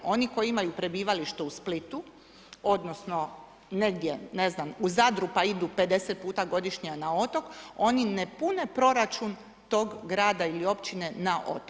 Oni koji imaju prebivalište u Splitu, odnosno negdje ne znam u Zadru pa idu 50 puta godišnje na otok, oni ne pune proračun tog grada ili općine na otok.